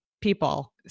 People